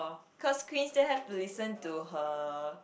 because Queen that have to listen to her